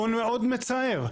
נתון מאוד מצער.